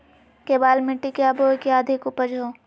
केबाल मिट्टी क्या बोए की अधिक उपज हो?